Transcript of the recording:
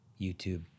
YouTube